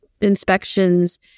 inspections